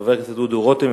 חבר הכנסת דודו רותם,